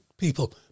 People